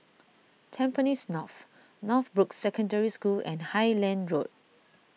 Tampines North Northbrooks Secondary School and Highland Road